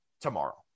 tomorrow